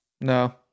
No